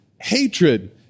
hatred